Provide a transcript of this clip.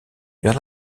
vers